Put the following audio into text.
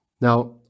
now